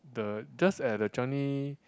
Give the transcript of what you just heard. the just at the Changi